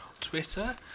Twitter